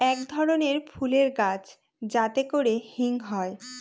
এক ধরনের ফুলের গাছ যাতে করে হিং হয়